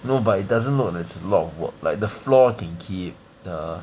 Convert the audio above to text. no but it doesn't look like it's a lot of work like the floor can keep